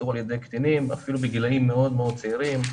בוצעו על ידי קטינים אפילו בגילאים מאוד צעירים,